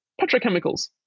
petrochemicals